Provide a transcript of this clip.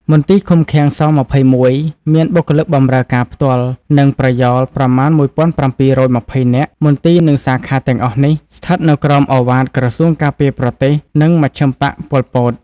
មន្ទីរឃុំឃាំង ស-២១ មានបុគ្គលិកបម្រើការផ្ទាល់ និងប្រយោលប្រមាណ១៧២០នាក់ មន្ទីរ និងសាខាទាំងអស់នេះ ស្ថិតនៅក្រោមឪវាទក្រសួងការពារប្រទេស និងមជ្ឈឹមបក្ស ប៉ុលពត។